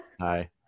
hi